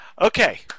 Okay